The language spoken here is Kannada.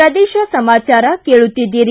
ಪ್ರದೇಶ ಸಮಾಚಾರ ಕೇಳುತ್ತೀದ್ದೀರಿ